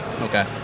Okay